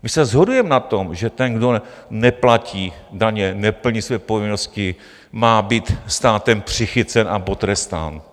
My se shodujeme na tom, že ten, kdo neplatí daně, neplní své povinnosti, má být státem přichycen a potrestán.